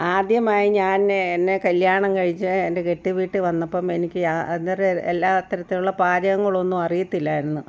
ആദ്യമായി ഞാൻ എന്നെ കല്യാണം കഴിച്ച് എൻ്റെ കെട്ട് വീട്ടിൽ വന്നപ്പം എനിക്ക് എല്ലാ തരത്തിലുള്ള പാചകങ്ങളൊന്നും അറിയത്തില്ലായിരുന്നു